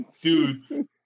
dude